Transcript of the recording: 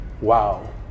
wow